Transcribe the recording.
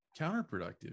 counterproductive